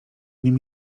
nim